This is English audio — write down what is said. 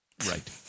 Right